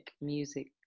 music